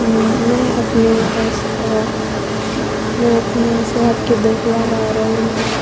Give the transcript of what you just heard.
میں اپنے میں اپنے صحت کی دیکھ بھال اور